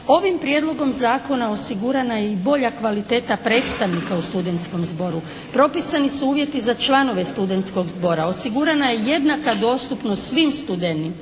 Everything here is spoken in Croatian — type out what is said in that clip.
Ovim prijedlogom zakona osigurana je i bolja kvaliteta predstavnika u studentskom zboru. Propisani su uvjeti za članove studentskog zbora. Osigurana je jednaka dostupnost svim studentima.